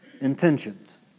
intentions